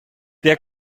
der